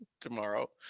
tomorrow